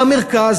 במרכז,